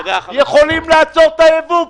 יכולים לעצור את הייבוא,